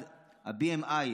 1. ה-BMI,